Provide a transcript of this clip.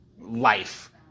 life